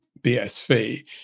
BSV